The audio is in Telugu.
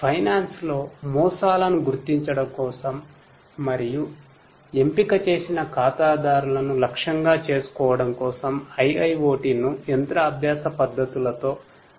ఫైనాన్స్ లో మోసాలను గుర్తించడం కోసం మరియు ఎంపిక చేసిన ఖాతాదారులను లక్ష్యంగా చేసుకోవడం కోసం IIoT ను యంత్ర అభ్యాస పద్ధతులతో ఉపయోగించుకోవచ్చు